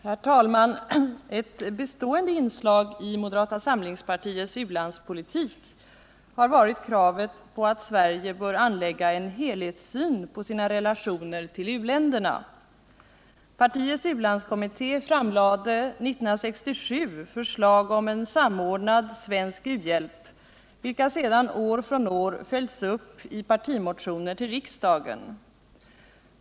Herr talman! Ett bestående inslag i moderata samlingspartiets u-landspolitik har varit kravet på att Sverige skall anlägga en helhetssyn på sina relationer till u-länderna. Partiets u-landskommitté framlade 1967 förslag om en samordnad svensk u-hjälp, vilka sedan år från år följts upp i partimotioner till riksdagen.